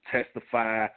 Testify